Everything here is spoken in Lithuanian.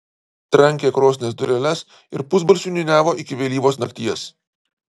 trankė krosnies dureles ir pusbalsiu niūniavo iki vėlyvos nakties